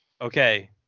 Okay